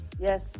yes